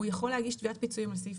הוא יכול להגיש תביעת פיצויים של סעיף